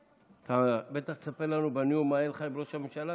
אתה בטח תספר לנו בנאום מה היה לך עם ראש הממשלה.